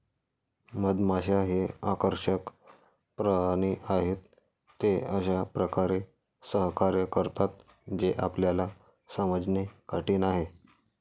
मधमाश्या हे आकर्षक प्राणी आहेत, ते अशा प्रकारे सहकार्य करतात जे आपल्याला समजणे कठीण आहे